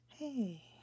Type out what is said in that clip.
Hey